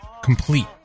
Complete